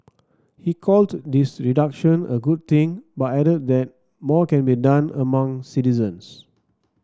he called this reduction a good thing but added that more can be done among citizens